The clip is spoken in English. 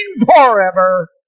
forever